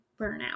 burnout